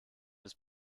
des